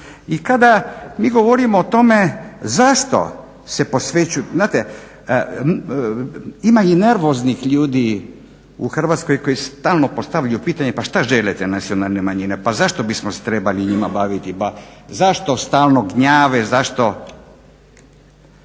I kada mi govorimo o tome zašto se posvećuje. Znate ima i nervoznih ljudi u Hrvatskoj koji stalno postavljaju pitanje pa šta žele te nacionalne manjine, pa zašto bismo se trebali njima baviti, pa zašto stalno gnjave, zašto.